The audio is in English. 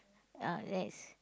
ah yes